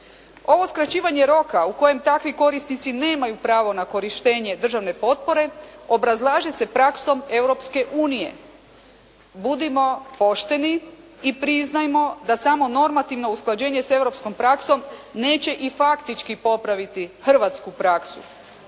Ovo skraćivanje roka u kojem takvi korisnici nemaju pravo na korištenje državne potpore obrazlaže se praksom Europske unije. Budimo pošteni i priznajmo da sam normativno usklađenje sa europskom praksom neće i faktički popraviti hrvatsku praksu.